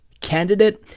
candidate